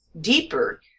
deeper